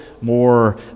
more